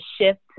shift